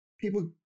People